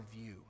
view